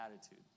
attitude